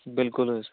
بِلکُل حَظ